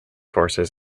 forces